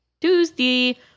Tuesday